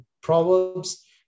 Proverbs